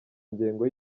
ingengo